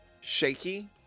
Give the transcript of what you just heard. Shaky